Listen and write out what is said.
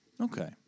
Okay